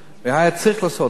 היה צריך לעשות את זה.